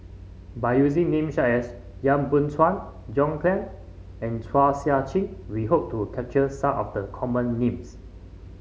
by using name as Yap Boon Chuan John Clang and Chua Sian Chin we hope to capture some of the common names